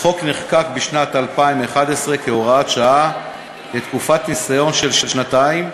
החוק נחקק בשנת 2011 כהוראת שעה לתקופת ניסיון של שנתיים,